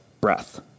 breath